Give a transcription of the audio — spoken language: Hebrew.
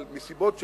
אבל מסיבות שלא,